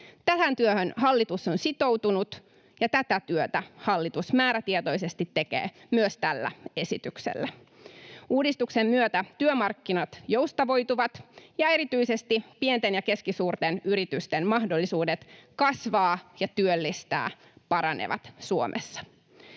Tähän työhön hallitus on sitoutunut, ja tätä työtä hallitus määrätietoisesti tekee myös tällä esityksellä. Uudistuksen myötä työmarkkinat joustavoituvat, ja erityisesti pienten ja keskisuurten yritysten mahdollisuudet kasvaa ja työllistää paranevat Suomessa.